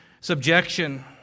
subjection